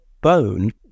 bone